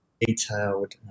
detailed